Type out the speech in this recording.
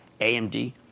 AMD